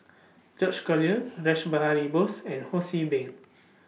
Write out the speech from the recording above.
George Collyer Rash Behari Bose and Ho See Beng